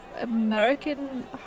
American